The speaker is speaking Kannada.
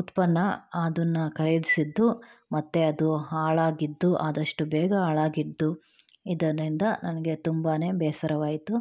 ಉತ್ಪನ್ನ ಅದನ್ನು ಖರೀದಿಸಿದ್ದು ಮತ್ತು ಅದು ಹಾಳಾಗಿದ್ದು ಆದಷ್ಟು ಬೇಗ ಹಾಳಾಗಿದ್ದು ಇದರಿಂದ ನನಗೆ ತುಂಬ ಬೇಸರವಾಯಿತು